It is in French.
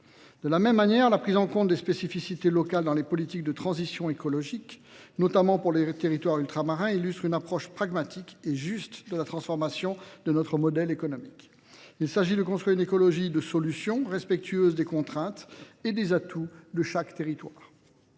De la même manière, la prise en compte des spécificités locales dans les politiques de transition écologique, notamment pour les territoires ultramarins, illustre une approche pragmatique et juste de la transformation de notre modèle économique. Il s'agit de construire une écologie de solution respectueuse des contraintes et des atouts de chaque territoire.